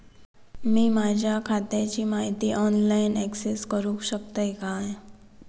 मी माझ्या खात्याची माहिती ऑनलाईन अक्सेस करूक शकतय काय?